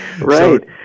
Right